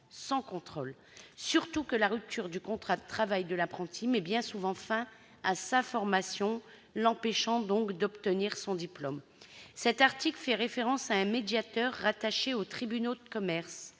sans contrôle, d'autant plus que la rupture du contrat de travail de l'apprenti met bien souvent fin à sa formation, l'empêchant d'obtenir son diplôme. Cet article fait référence à un médiateur rattaché aux tribunaux de commerce.